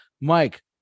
Mike